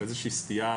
איזושהי סטייה